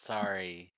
Sorry